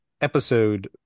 episode